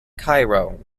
cairo